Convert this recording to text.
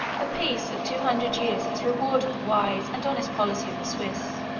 a peace of two hundred years has rewarded the wise and honest policy of the swiss.